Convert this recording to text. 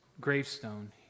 gravestone